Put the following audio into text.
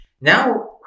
now